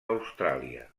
austràlia